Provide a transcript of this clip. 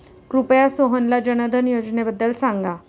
कृपया सोहनला जनधन योजनेबद्दल सांगा